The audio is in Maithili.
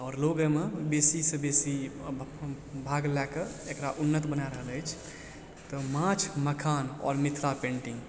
आओर लोग अइमे बेसीसँ बेसी भाग लए कऽ एकरा उन्नत बना रहल अछि तऽ माछ मखान आोर मिथिला पेन्टिंग